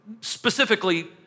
specifically